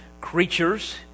creatures